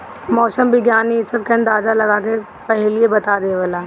मौसम विज्ञानी इ सब के अंदाजा लगा के पहिलहिए बता देवेला